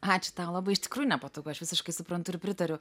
ačiū tau labai iš tikrųjų nepatogu aš visiškai suprantu ir pritariu